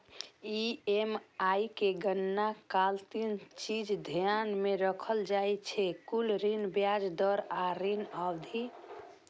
EMI के गणना काल तीन चीज ध्यान मे राखल जाइ छै, कुल ऋण, ब्याज दर आ ऋण अवधि